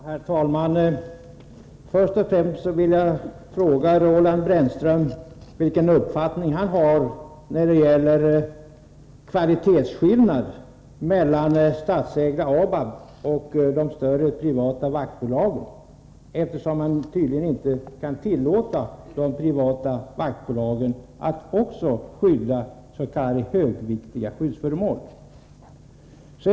Herr talman! Först och främst vill jag fråga Roland Brännström vilken uppfattning han har när det gäller kvalitetsskillnad mellan statsägda ABAB och de större privata vaktbolagen, eftersom han tydligen inte kan tillåta också dem att skydda s.k. högviktiga skyddsföremål.